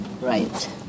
Right